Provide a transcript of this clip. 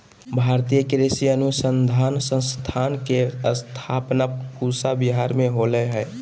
भारतीय कृषि अनुसंधान संस्थान के स्थापना पूसा विहार मे होलय हल